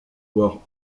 voire